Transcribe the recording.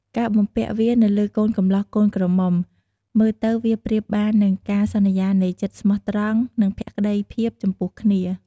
ការបំពាក់វានៅលើកូនកម្លោះកូនក្រមុំ មើលទៅវាប្រៀបបាននឹងការសន្យានៃចិត្តស្មោះត្រង់ និងភក្តីភាពចំពោះគ្នា។